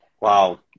Wow